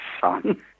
son